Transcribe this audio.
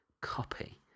copy